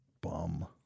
bum